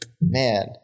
Man